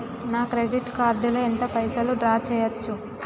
నా credit card లో ఎంత పైసల్ డ్రా చేయచ్చు?